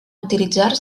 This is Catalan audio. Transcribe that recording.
utilitzar